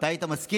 אתה היית מסכים?